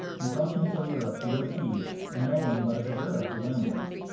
in continental europe the earth heaves and no one but is aware of the rumblings.